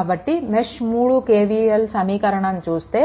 కాబట్టి mesh 3 KVL సమీకరణం చూస్తే